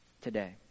today